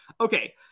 Okay